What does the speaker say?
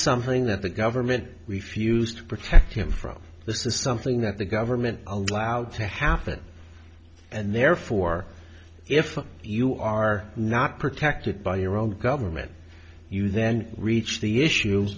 something that the government refused to protect him from this is something that the government allowed to happen and therefore if you are not protected by your own government you then reach the issue